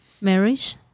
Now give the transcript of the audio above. marriage